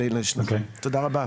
תודה רבה.